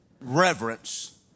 reverence